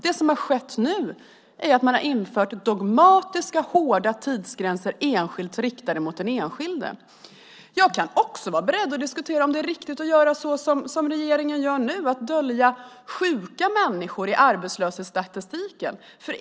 Det som har skett nu är att man har infört dogmatiska och hårda tidsgränser riktade mot den enskilda människan. Jag kan också vara beredd att diskutera om det är riktigt att göra som regeringen gör nu, nämligen att dölja sjuka människor i arbetslöshetsstatistiken.